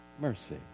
mercy